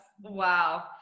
wow